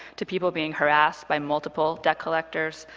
to people being harassed by multiple debt collectors,